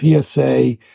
PSA